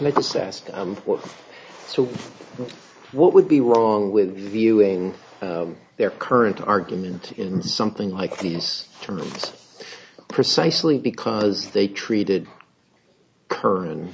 point so what would be wrong with viewing their current argument in something like this term precisely because they treated her and